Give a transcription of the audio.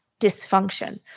dysfunction